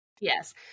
yes